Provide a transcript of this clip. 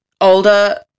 older